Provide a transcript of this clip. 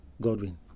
Godwin